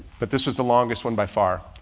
but this was the longest one by far.